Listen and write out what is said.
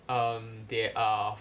um they are